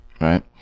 right